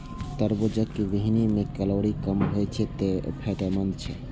तरबूजक बीहनि मे कैलोरी कम होइ छै, तें ई फायदेमंद छै